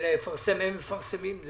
והם מפרסמים.